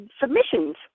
submissions